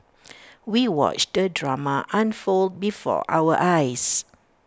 we watched the drama unfold before our eyes